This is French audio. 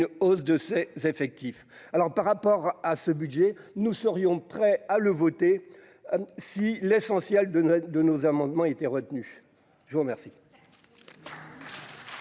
hausse de ses effectifs. Alors, par rapport à ce budget, nous serions prêts à le voter si l'essentiel de notre de nos amendements étaient retenus, je vous remercie.